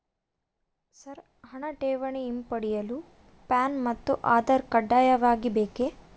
Sir ಹಣ ಠೇವಣಿ ಮತ್ತು ಹಿಂಪಡೆಯಲು ಪ್ಯಾನ್ ಮತ್ತು ಆಧಾರ್ ಕಡ್ಡಾಯವಾಗಿ ಬೇಕೆ?